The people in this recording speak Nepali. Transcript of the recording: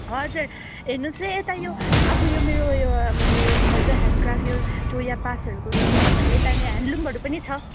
हजुर हेर्नुहोसै यता यो अब यो मेरो यो अब यो फाल्टो हेन्डक्राफ्ट यो चोया बाँसहरूको के के नभएर यता नि हेन्डलुमहरू पनि छ